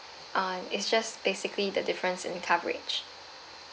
uh is just basically the difference in coverage